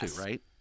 right